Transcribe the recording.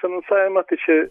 finansavimą tai čia